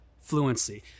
fluency